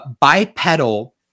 bipedal